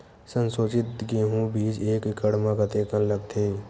संसोधित गेहूं बीज एक एकड़ म कतेकन लगथे?